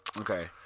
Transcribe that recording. Okay